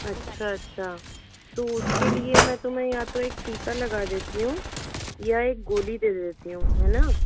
अच्छा अच्छा तो उसके लिए मैं तुम्हें या तो एक टीका लगा देती हूँ या एक गोली दे देती हूँ है न